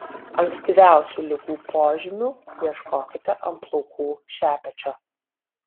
ankstyviausių ligų požymių ieškokite ant plaukų šepečio